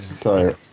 Sorry